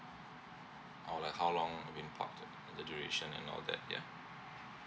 oh like how long it been parked and the duuration and all that yeah